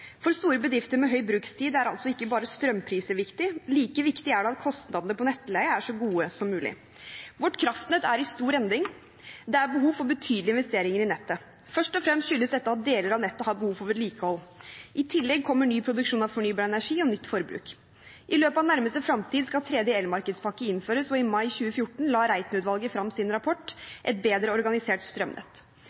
For store bedrifter med høy brukstid er altså ikke bare strømpriser viktig. Like viktig er det at kostnadene for nettleie er så lave som mulig. Vårt kraftnett er i stor endring. Det er behov for betydelige investeringer i nettet. Først og fremst skyldes dette at deler av nettet har behov for vedlikehold. I tillegg kommer ny produksjon av fornybar energi og nytt forbruk. I løpet av nærmeste framtid skal tredje elmarkedspakke innføres, og i mai 2014 la Reiten-utvalget fram sin rapport «Et bedre organisert strømnett».